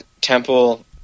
Temple